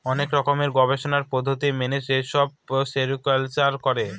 অনেক রকমের গবেষণার পদ্ধতি মেনে যেসব সেরিকালচার করে